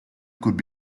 could